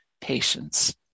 patience